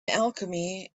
alchemy